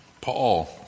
Paul